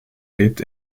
lebt